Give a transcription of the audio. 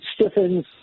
stiffens